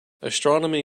astronomy